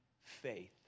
faith